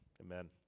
Amen